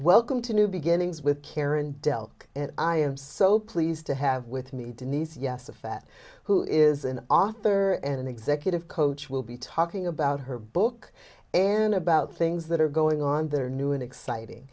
welcome to new beginnings with karen dell i am so pleased to have with me denise yes a fat who is an author and executive coach will be talking about her book and about things that are going on there are new and exciting